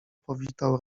powitał